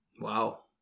Wow